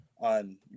on